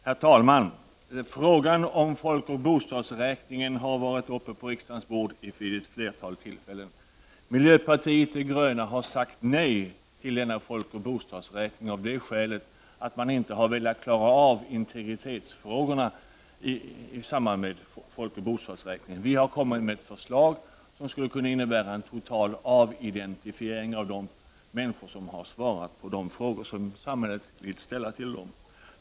Herr talman! Frågan om folkoch bostadsräkningen har legat på riksdagens bord vid ett flertal tillfällen. Miljöpartiet de gröna har sagt nej till denna folkoch bostadsräkning av det skälet att man inte har velat klara av integritetsfrågorna i samband med folkoch bostadsräkningen. Vi har kommit med ett förslag, som skulle kunna innebära en total avidentifiering av de människor som har svarat på de frågor som samhället har velat ställa till dem.